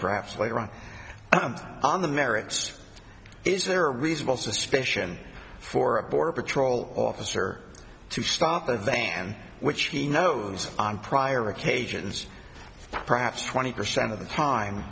perhaps later on on the merits is there reasonable suspicion for a border patrol officer to stop a van which he knows on prior occasions perhaps twenty percent of the time